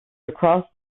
across